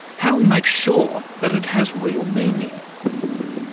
how do we make sure that it has real meaning